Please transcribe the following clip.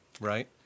Right